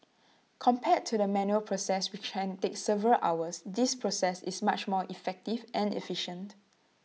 compared to the manual process which can take several hours this process is much more effective and efficient